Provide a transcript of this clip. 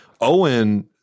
Owen